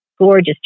gorgeous